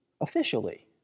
officially